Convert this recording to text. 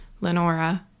Lenora